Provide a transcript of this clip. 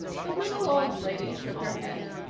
the little old lady shook her head.